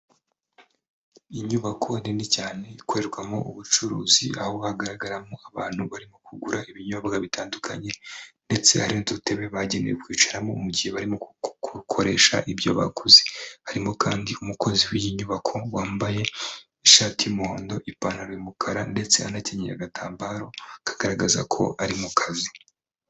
Inyubako nini cyane ikorerwamo ubucuruzi, aho hagaragaramo abantu barimo kugura ibinyobwa bitandukanye ndetse na hari n'udutebe bagenewe kwicaramo mu gihe barimo gukoresha ibyo baguze, harimo kandi umukozi w'iyi nyubako wambaye ishati y'umuhondo, ipantaro y'umukara ndetse anakenyera agatambaro, kagaragaza ko ari mu kazi.